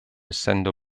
essendo